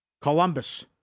Columbus